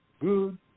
good